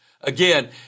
Again